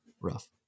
rough